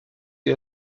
sie